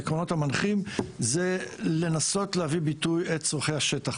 העקרונות המנחים הם לנסות להביא לידי ביטוי את צורכי השטח,